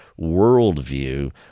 worldview